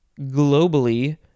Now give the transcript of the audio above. globally